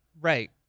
right